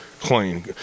clean